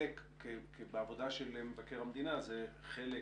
בעבודה של מבקר המדינה זה חלק